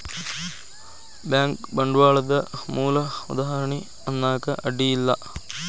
bank ಬಂಡ್ವಾಳದ್ ಮೂಲ ಉದಾಹಾರಣಿ ಅನ್ನಾಕ ಅಡ್ಡಿ ಇಲ್ಲಾ